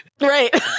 Right